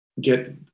get